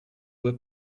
were